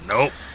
Nope